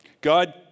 God